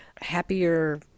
happier